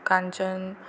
Kanchan